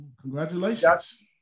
Congratulations